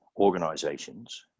organizations